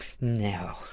no